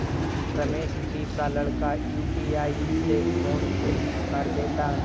रमेश जी का लड़का यू.पी.आई से फोन बिल भर देता है